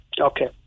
Okay